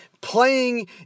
playing